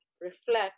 reflect